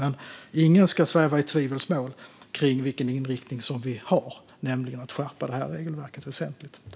Men ingen ska sväva i tvivelsmål om vilken inriktning som vi har, nämligen att skärpa detta regelverk väsentligt.